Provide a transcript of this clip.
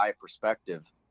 perspective